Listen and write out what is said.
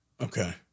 Okay